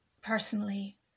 personally